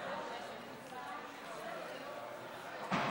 היושב-ראש, חברי הכנסת.